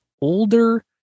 older